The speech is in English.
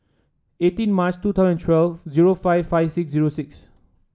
eighteen March two thousand twelve zero five five six zero six